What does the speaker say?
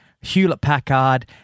Hewlett-Packard